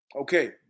Okay